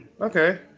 Okay